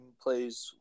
plays